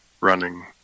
running